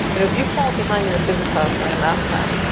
you know if you fall behind in a physics class or and math class,